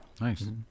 nice